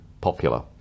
popular